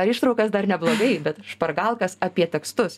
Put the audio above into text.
ar ištraukas dar neblogai bet špargalkas apie tekstus